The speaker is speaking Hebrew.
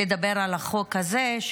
לדבר על החוק הזה.